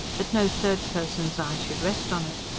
that no third person's eye should rest on it.